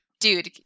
Dude